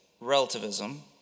relativism